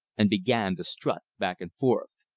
and began to strut back and forth.